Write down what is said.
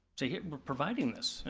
say here, we're providing this.